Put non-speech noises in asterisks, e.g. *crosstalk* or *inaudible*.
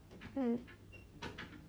mm *noise*